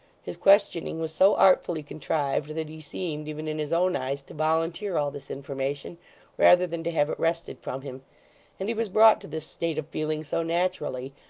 his questioning was so artfully contrived, that he seemed even in his own eyes to volunteer all this information rather than to have it wrested from him and he was brought to this state of feeling so naturally,